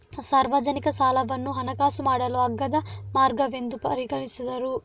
ಸಾರ್ವಜನಿಕ ಸಾಲವನ್ನು ಹಣಕಾಸು ಮಾಡಲು ಅಗ್ಗದ ಮಾರ್ಗವೆಂದು ಪರಿಗಣಿಸಿದರು